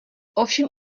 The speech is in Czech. ovšem